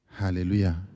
Hallelujah